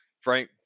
Frank